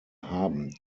haben